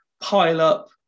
pile-up